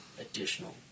additional